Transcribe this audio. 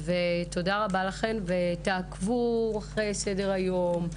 תודה רבה לכם ותעקבו אחרי סדר-היום.